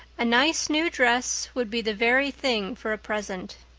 a nice new dress would be the very thing for a present.